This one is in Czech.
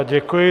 Děkuji.